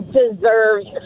deserves